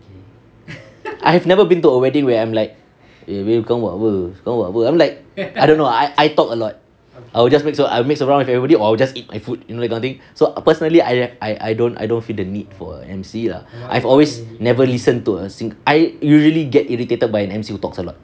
I have never been to a wedding where I'm like eh kau buat apa I'm like I don't know I I talk a lot I will just mix around I'll mix around with everybody or I will just eat my food you know that kind of thing so personally I I I don't I don't feel the need for a emcee lah I've always never listen to a single I usually get irritated by an emcee who talks a lot